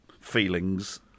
feelings